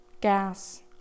gas